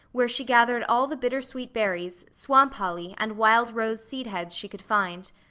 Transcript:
where she gathered all the bittersweet berries, swamp holly, and wild rose seed heads she could find.